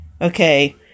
Okay